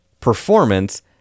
performance